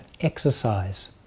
exercise